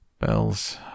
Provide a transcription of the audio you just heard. Bells